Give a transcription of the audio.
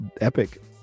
Epic